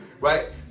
right